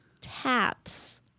taps